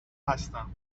هستم